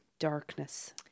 Darkness